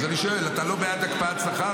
אז אני שואל, אתה לא בעד הקפאת שכר?